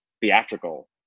theatrical